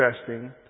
interesting